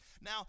Now